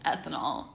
Ethanol